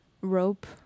rope